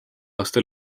aasta